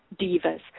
divas